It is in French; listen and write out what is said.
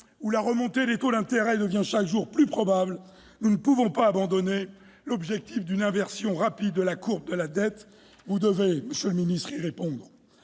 où la remontée des taux d'intérêt devient chaque jour plus probable, nous ne pouvons pas abandonner l'objectif d'une inversion rapide de la courbe de la dette. Vous devez, monsieur le ministre, y apporter